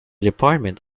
department